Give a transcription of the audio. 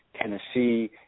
Tennessee